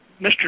Mr